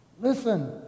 Listen